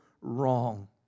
wrong